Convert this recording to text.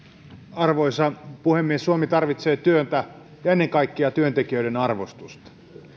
arvoisa puhemies suomi tarvitsee työtä ja ennen kaikkea työntekijöiden arvostusta